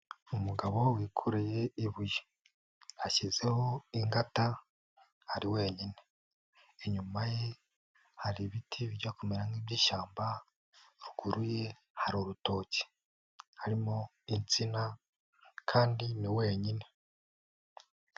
Umugabo wikoreye ibuye, ashyizeho ingata ari wenyine, inyuma ye hari ibiti bijya kumera nk'iby'ishyamba, haruguru ye hari urutoki harimo insina kandi ni wenyine.